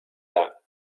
that